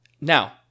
Now